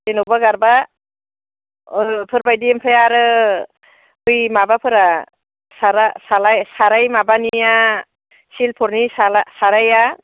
जेन'बा गारबा अरुफोर बायदि ओमफ्राय आरो बै माबाफोरा सारा सालाय साराय माबानिया सिलफरनि साला साराया